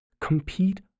compete